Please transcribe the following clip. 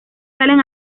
salen